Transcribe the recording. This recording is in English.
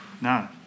no